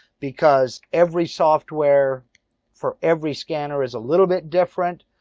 because every software for every scanner is a little bit different.